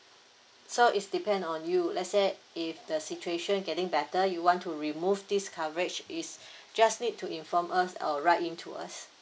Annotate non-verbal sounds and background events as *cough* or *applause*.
so is depend on you let's say if the situation getting better you want to remove this coverage is *breath* just need to inform us or write in to us